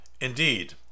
indeed